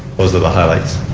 those are the highlights.